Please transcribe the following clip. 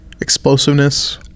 explosiveness